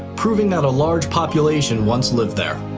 proving that a large population once lived there.